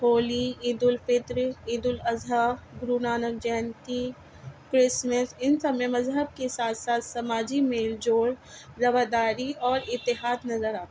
Holi Eid ul-Fitr Eid ul-Adha Guru Nanak Jayanti Christmas ان سب میں مذہب کے ساتھ ساتھ سماجی میل جول رواداری اور اتحاد نظر آتا ہے